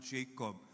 Jacob